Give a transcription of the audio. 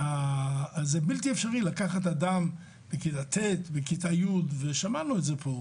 זה בלתי אפשרי לקחת אדם בכיתה ט' או בכיתה י' ולהעביר